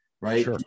right